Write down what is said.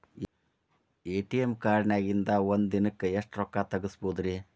ATM ಕಾರ್ಡ್ನ್ಯಾಗಿನ್ದ್ ಒಂದ್ ದಿನಕ್ಕ್ ಎಷ್ಟ ರೊಕ್ಕಾ ತೆಗಸ್ಬೋದ್ರಿ?